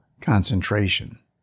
concentration